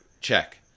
check